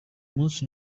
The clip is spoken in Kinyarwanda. munsi